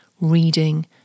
reading